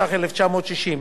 התש"ך 1960,